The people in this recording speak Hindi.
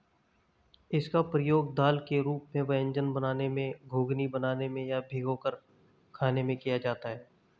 इसका प्रयोग दाल के रूप में व्यंजन बनाने में, घुघनी बनाने में या भिगोकर खाने में भी किया जाता है